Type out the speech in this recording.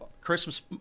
christmas